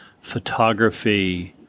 photography